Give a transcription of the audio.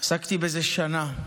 עסקתי בזה שנה.